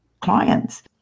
clients